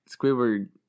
Squidward